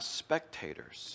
spectators